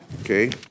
Okay